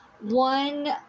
One